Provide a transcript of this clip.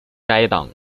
该党